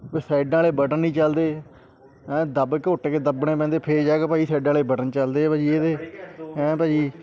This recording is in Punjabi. ਅਤੇ ਸਾਈਡਾਂ ਵਾਲੇ ਬਟਨ ਨਹੀਂ ਚੱਲਦੇ ਐਂ ਦੱਬ ਘੁੱਟ ਕੇ ਦੱਬਣੇ ਪੈਂਦੇ ਫਿਰ ਜਾਕੇ ਭਾਅ ਜੀ ਸਾਈਡਾਂ ਵਾਲੇ ਬਟਨ ਚੱਲਦੇ ਆ ਭਾਅ ਜੀ ਇਹਦੇ ਹੈਂ ਭਾਅ ਜੀ